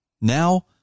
Now